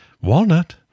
Walnut